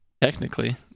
Technically